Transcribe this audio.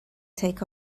take